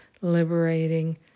liberating